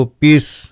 peace